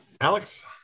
Alex